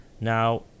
Now